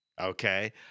Okay